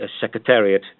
secretariat